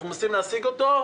אנחנו מנסים להשיג אותו.